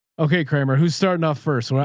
okay. kramer. who's starting off first.